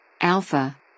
Alpha